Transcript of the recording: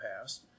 past